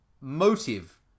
motive